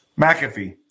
McAfee